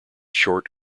short